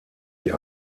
die